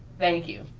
thank you.